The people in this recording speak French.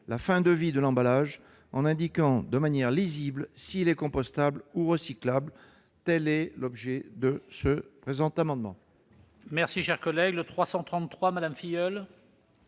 la fin de vie de l'emballage, en indiquant de manière lisible s'il est compostable ou recyclable. Tel est l'objet du présent amendement.